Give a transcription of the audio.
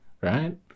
right